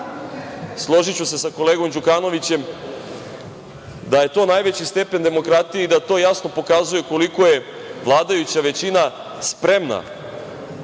složiću se sa kolegom Đukanovićem, da je to najveći stepen demokratije i da to jasno pokazuje koliko je vladajuća većina spremna